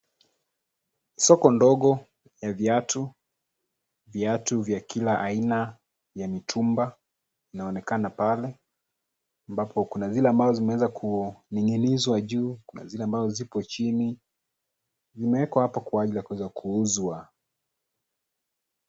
Soko ndogo ya viatu vya kila aina ya mitumba inaonekana pale ambapo kuna zile ambazo zimeweeza kuninginizwa juu, kuna zile ambazo zipo chini. Vimeekwa apo kwa ajili ya kueza kuuzwa.